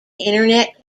internet